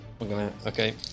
Okay